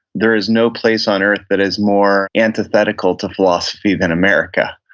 there is no place on earth that is more antithetical to philosophy than america.